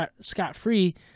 scot-free